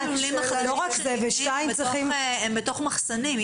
כל הלולים הם בתוך מחסנים.